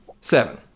seven